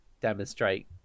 demonstrate